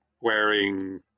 wearing